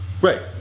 Right